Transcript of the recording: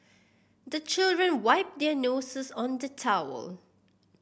the children wipe their noses on the towel